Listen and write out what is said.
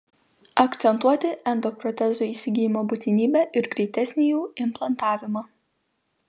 akcentuoti endoprotezų įsigijimo būtinybę ir greitesnį jų implantavimą